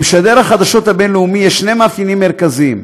למשדר החדשות הבין-לאומי יש שני מאפיינים מרכזיים: